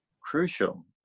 crucial